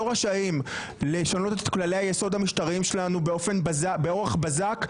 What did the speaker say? רשאים לשנות את כללי היסוד המשטריים שלנו באורח בזק,